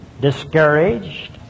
discouraged